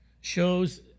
shows